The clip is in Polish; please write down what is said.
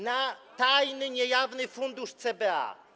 na tajny, niejawny fundusz CBA.